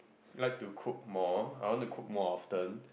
like to cook more I want to cook more often